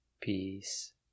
peace